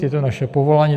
Je to naše povolání.